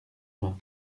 main